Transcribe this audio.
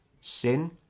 sin